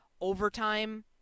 overtime –